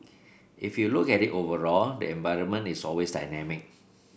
if you look at it overall the environment is always dynamic